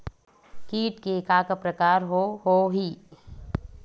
कीट के का का प्रकार हो होही?